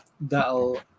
That'll